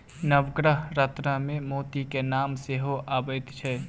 नवग्रह रत्नमे मोतीक नाम सेहो अबैत छै